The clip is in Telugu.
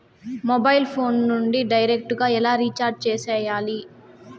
మొబైల్ ఫోను నుండి డైరెక్టు గా ఎలా రీచార్జి సేయాలి